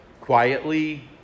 quietly